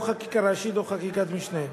או חקיקה ראשית או חקיקת משנה.